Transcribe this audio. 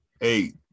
eight